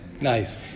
Nice